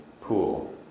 pool